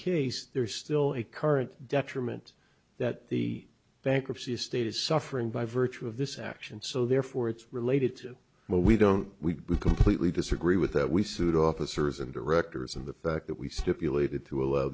case there is still a current detriment that the bankruptcy estate is suffering by virtue of this action so therefore it's related to what we don't we completely disagree with that we sued officers and directors and the fact that we stipulated to allow